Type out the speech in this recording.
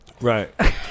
Right